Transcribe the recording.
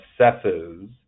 assesses